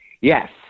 Yes